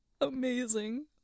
amazing